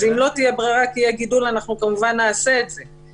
אם לא תהיה ברירה ויהיה גידול, כמובן נעשה את זה.